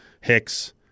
Hicks